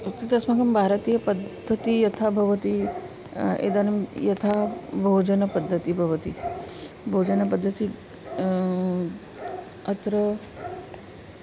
तत्तु अस्माकं भारतीयपद्धतिः यथा भवति इदानीं यथा भोजनपद्धतिः भवति भोजनपद्धतिः अत्र